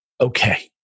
okay